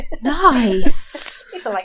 Nice